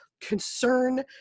concern